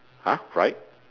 ha right